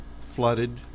flooded